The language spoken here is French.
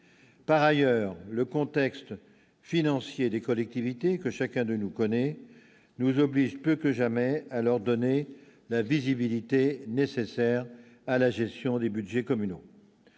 par ailleurs, le contexte financier des collectivités que chacun de nous connaît nous oblige plus que jamais à leur donner la visibilité nécessaire à la gestion des Budgets communaux